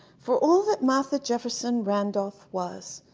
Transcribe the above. for all that martha jefferson randolph was,